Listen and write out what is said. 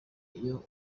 iyo